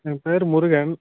என் பேர் முருகன்